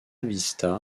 vista